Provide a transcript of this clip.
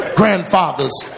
grandfather's